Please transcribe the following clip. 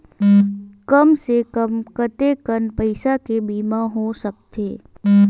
कम से कम कतेकन पईसा के बीमा हो सकथे?